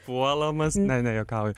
puolamas ne ne juokauju